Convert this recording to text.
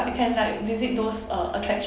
but you can like visit those uh attractions